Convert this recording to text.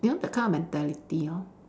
you know that kind of mentality lor